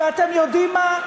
ואתם יודעים מה?